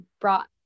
brought